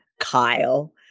kyle